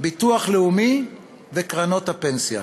ביטוח לאומי וקרנות הפנסיה.